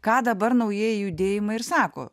ką dabar naujieji judėjimai ir sako